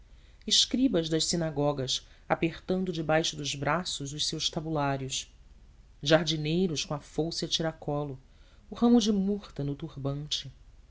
escribas das sinagogas apertando debaixo dos braços os seus tabulários jardineiros com a fouce a tiracolo o ramo de murta no turbante